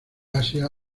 asia